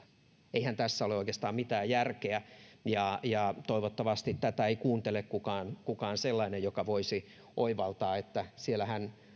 eihän tässä ole oikeastaan mitään järkeä ja ja toivottavasti tätä ei kuuntele kukaan kukaan sellainen joka voisi oivaltaa että siellähän